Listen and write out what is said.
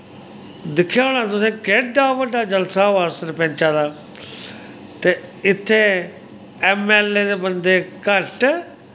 दिक्खोआ होना तुसें केड्डा बड्डा जलसा होआ सरपैंचा दा ते इत्थें ऐम ऐल ऐ दे बंदे घट्ट